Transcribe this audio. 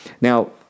Now